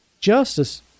justice